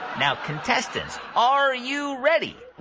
now, contestants, are you ready?